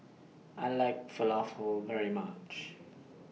I like Falafel very much